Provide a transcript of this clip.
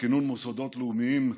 בכינון מוסדות לאומיים,